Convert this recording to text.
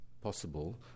possible